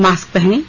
mask पहनें